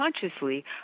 consciously